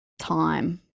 time